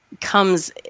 comes